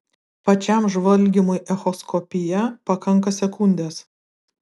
pačiam žvalgymui echoskopija pakanka sekundės